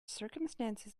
circumstances